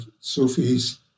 Sufis